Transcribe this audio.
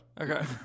Okay